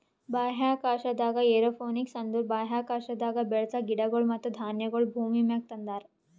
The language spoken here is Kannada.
ಬಾಹ್ಯಾಕಾಶದಾಗ್ ಏರೋಪೋನಿಕ್ಸ್ ಅಂದುರ್ ಬಾಹ್ಯಾಕಾಶದಾಗ್ ಬೆಳಸ ಗಿಡಗೊಳ್ ಮತ್ತ ಧಾನ್ಯಗೊಳ್ ಭೂಮಿಮ್ಯಾಗ ತಂದಾರ್